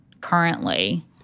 currently